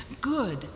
Good